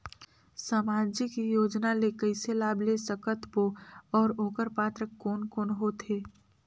समाजिक योजना ले कइसे लाभ ले सकत बो और ओकर पात्र कोन कोन हो थे?